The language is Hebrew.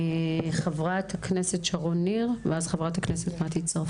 חברת הכנסת שרון ניר, בבקשה.